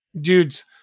Dudes